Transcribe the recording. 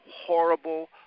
horrible